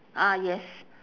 ah yes